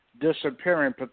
disappearing